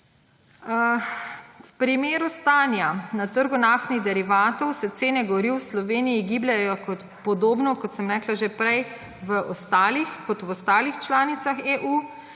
V primeru stanja na trgu naftnih derivatov se cene goriv v Sloveniji gibljejo podobno, kot sem rekla že prej, kot v ostalih članicah EU